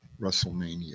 WrestleMania